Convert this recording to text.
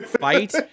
fight